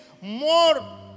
more